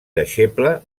deixeble